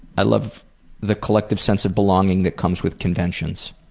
i love the collective sense of belonging that comes with conventions.